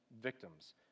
victims